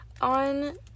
on